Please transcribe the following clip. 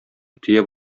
төяп